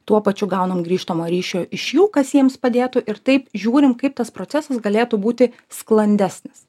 tuo pačiu gaunam grįžtamo ryšio iš jų kas jiems padėtų ir taip žiūrim kaip tas procesas galėtų būti sklandesnis